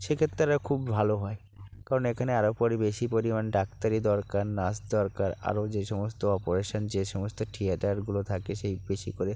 সেক্ষেত্রে খুব ভালো হয় কারণ এখানে আরও বেশি পরিমাণ ডাক্তারের দরকার নার্স দরকার আরও যেই সমস্ত অপারেশান যে সমস্ত থিয়েটারগুলো থাকে সেই বেশি করে